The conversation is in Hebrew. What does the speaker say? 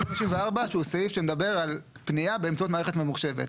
54 שהוא סעיף שמדבר על פנייה באמצעות מערכת ממוחשבת.